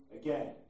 again